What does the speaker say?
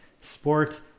sports